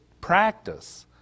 practice